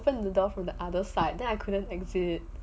open the door from the other side then I couldn't exit